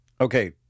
Okay